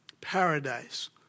Paradise